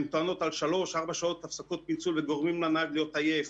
הן טוענות על שלוש-ארבע שעות הפסקות פיצול וגורמות לנהג להיות עייף.